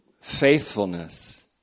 faithfulness